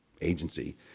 Agency